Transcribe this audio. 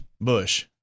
Bush